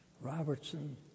Robertson